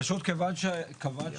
פשוט כיוון שאמרת,